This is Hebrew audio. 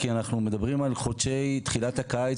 כי אנחנו מדברים על חודשי תחילת הקיץ,